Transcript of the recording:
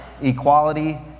equality